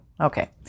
Okay